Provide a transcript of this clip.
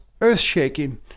earth-shaking